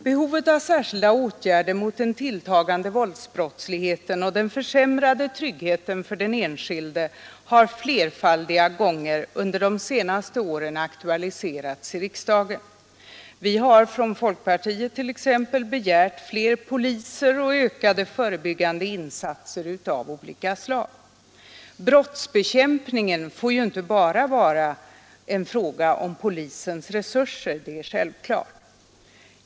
Behovet av särskilda åtgärder mot den tilltagande brottsligheten och den försämrade tryggheten för den enskilde har flertaliga gånger under de senaste åren aktualiserats i riksdagen. Vi har från folkpartiet t.ex. begärt fler poliser och ökade förebyggande insatser av olika slag. Brottsbekämpningen får inte bara vara en fråga om polisens resurser, det är självklart.